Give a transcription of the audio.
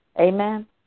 Amen